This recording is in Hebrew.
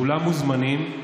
כולם מוזמנים,